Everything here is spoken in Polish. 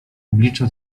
oblicza